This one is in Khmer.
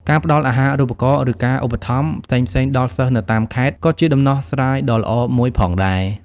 ការផ្តល់អាហារូបករណ៍ ឬការឧបត្ថម្ភផ្សេងៗដល់សិស្សនៅតាមខេត្តក៏ជាដំណោះស្រាយដ៏ល្អមួយផងដែរ។